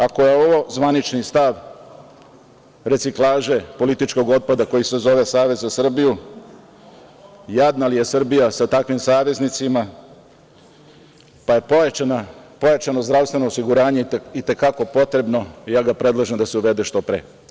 Ako je ovo zvanični stav reciklaže političkog otpada koji se zove Savez za Srbiju, jadna li je Srbija sa takvim saveznicima, pa je pojačano zdravstveno osiguranje i te kako potrebno i ja predlažem da se uvede što pre.